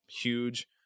huge